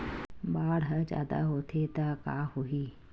बाढ़ ह जादा होथे त का होही?